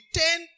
ten